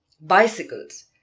bicycles